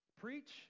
Preach